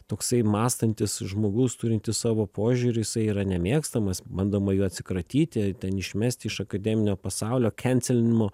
toksai mąstantis žmogus turintis savo požiūrį jisai yra nemėgstamas bandoma jų atsikratyti ten išmesti iš akademinio pasaulio kencelinimo